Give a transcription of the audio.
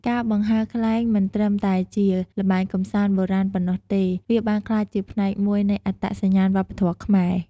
ការបង្ហើរខ្លែងមិនត្រឹមតែជាល្បែងកម្សាន្តបុរាណប៉ុណ្ណោះទេ វាបានក្លាយជាផ្នែកមួយនៃ អត្តសញ្ញាណវប្បធម៌ខ្មែរ។